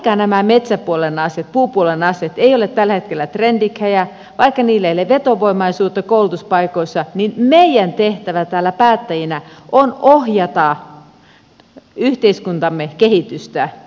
vaikka nämä metsäpuolen asiat puupuolen asiat eivät ole tällä hetkellä trendikkäitä vaikka niillä ei ole vetovoimaisuutta koulutuspaikoissa niin meidän tehtävämme täällä päättäjinä on ohjata yhteiskuntamme kehitystä